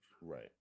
right